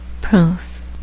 Proof